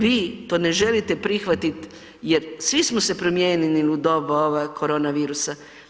Vi to ne želite prihvatit jer svi smo se promijenili u doba ove koronavirusa.